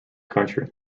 country